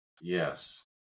yes